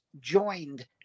joined